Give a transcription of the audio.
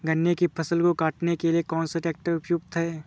गन्ने की फसल को काटने के लिए कौन सा ट्रैक्टर उपयुक्त है?